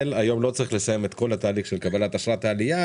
היום לא צריך לסיים את כל התהליך של קבלת אשרת העלייה,